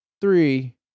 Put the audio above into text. three